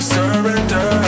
Surrender